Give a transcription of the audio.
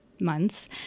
months